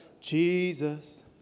Jesus